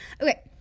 okay